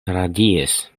radiis